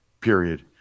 period